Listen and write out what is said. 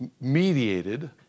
mediated